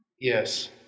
Yes